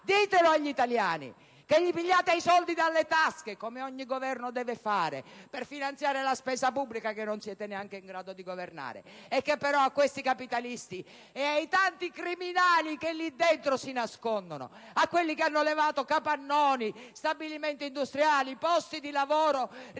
Ditelo agli italiani che togliete loro i soldi dalle tasche (come ogni Governo deve fare per finanziare la spesa pubblica, che non siete neanche in grado di governare) e che però a questi capitalisti, e ai tanti criminali che lì dentro si nascondono, a quelli che hanno levato capannoni, stabilimenti industriali, posti di lavoro e ricchezza